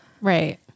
Right